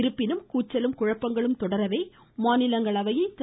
இருப்பினும் கூச்சலும் குழப்பங்களும் தொடரவே மாநிலங்களவையை திரு